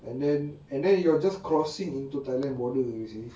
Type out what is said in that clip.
and then and then you're just crossing into thailand border oh you see